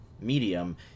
medium